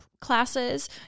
classes